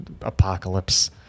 apocalypse